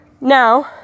Now